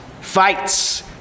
fights